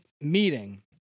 meeting